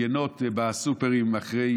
יינות בסופרים אחרי